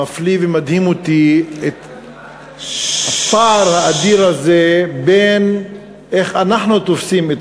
מפליא ומדהים אותי הפער האדיר בין איך אנחנו תופסים את